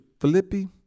Philippi